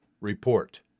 Report